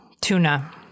Tuna